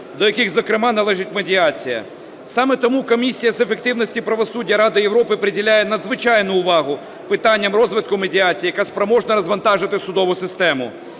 до яких, зокрема, належить медіація. Саме тому Комісія з ефективності правосуддя Ради Європи приділяє надзвичайну увагу питанням розвитку медіації, яка спроможна розвантажити судову систему.